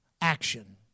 Action